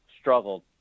struggled